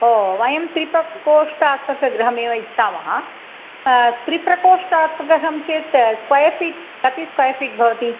ओ वयं त्रिप्रकोष्ठात्मक गृहमेव इच्छामः त्रिप्रकोष्ठात्मकं चेत् स्केर् फ़ीट् कति स्केर् फ़ीट् भवति